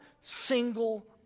single